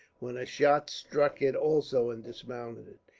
when a shot struck it also and dismounted it.